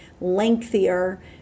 lengthier